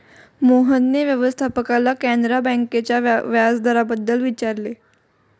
मोहनने व्यवस्थापकाला कॅनरा बँकेच्या व्याजदराबाबत विचारले